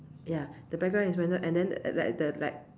ya the background is whether and then like the like